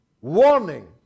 warning